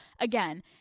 again